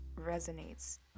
resonates